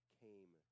came